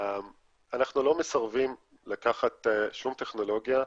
אנחנו לא מסרבים לקחת שום טכנולוגיה.